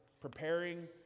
preparing